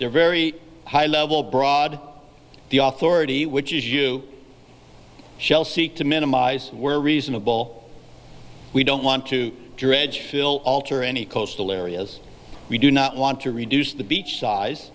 they're very high level broad the author already which is you shall seek to minimise where reasonable we don't want to dredge fill alter any coastal areas we do not want to reduce the beach size